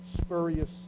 spurious